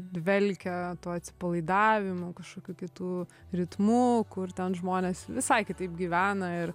dvelkia tuo atsipalaidavimu kažkokiu kitu ritmu kur ten žmonės visai kitaip gyvena ir